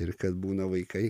ir kad būna vaikai